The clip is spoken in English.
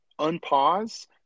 unpause